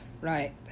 Right